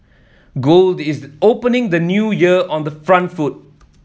gold is opening the New Year on the front foot